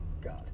God